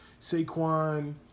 Saquon